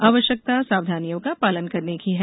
आवश्यकता सावधानियों का पालन करने की है